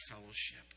fellowship